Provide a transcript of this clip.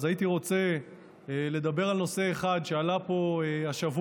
הייתי רוצה לדבר על נושא אחד שעלה פה השבוע,